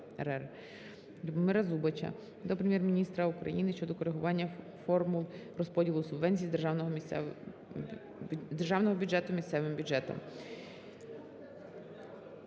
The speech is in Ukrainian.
Любомира Зубача до Прем'єр-міністра України щодо коригування формул розподілу субвенцій з державного бюджету місцевим бюджетам.